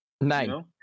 Nine